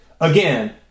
again